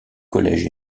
collège